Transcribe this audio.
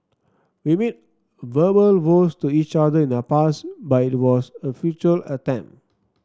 we made verbal vows to each other in the past but it was a feature attempt